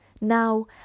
Now